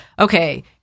Okay